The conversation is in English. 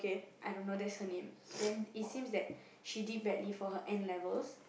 I don't know that's her name it seems that she did badly for her N-levels